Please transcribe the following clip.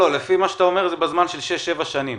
לפי מה שאתה אומר, תוך שש-שבע שנים.